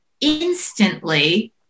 instantly